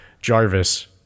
Jarvis